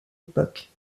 époque